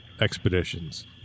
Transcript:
expeditions